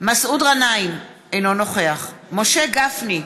מסעוד גנאים, אינו נוכח משה גפני,